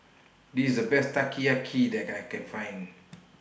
This IS The Best Teriyaki that I Can Find